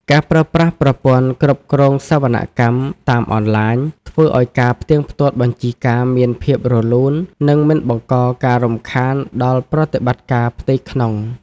ការប្រើប្រាស់ប្រព័ន្ធគ្រប់គ្រងសវនកម្មតាមអនឡាញ ធ្វើឱ្យការផ្ទៀងផ្ទាត់បញ្ជីការមានភាពរលូន និងមិនបង្កការរំខានដល់ប្រតិបត្តិការផ្ទៃក្នុង។